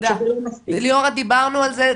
ליאורה דיברנו על זה,